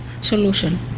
solution